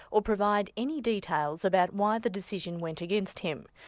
or provide any details about why the decision went against him.